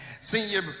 Senior